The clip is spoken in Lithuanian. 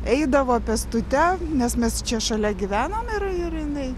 eidavo pėstute nes mes čia šalia gyvenom ir ir jinai